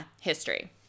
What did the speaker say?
history